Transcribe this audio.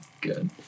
good